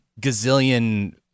gazillion